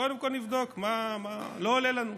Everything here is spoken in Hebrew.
קודם כול נבדוק מה, לא עולה לנו.